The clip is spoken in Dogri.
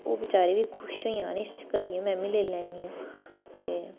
ओह् बचारे बी खुश होई जान इस करियै बी मै मी लेई लैन्नी आं ते